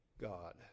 God